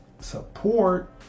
support